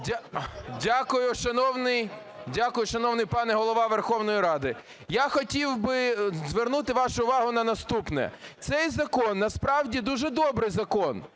Дякую, шановний пане Голова Верховної Ради. Я хотів би звернути вашу увагу на наступне: цей закон насправді дуже добрий закон,